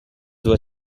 were